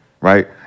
right